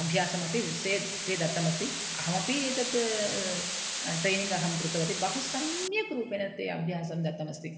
अभ्यासमपि से ते दत्तमस्ति अहमपि एतत् ट्रैनिङ्ग् कृतवती बहु सम्यक् रूपेण ते अभ्यासम् दत्तमस्ति